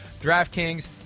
DraftKings